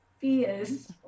fears